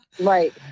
right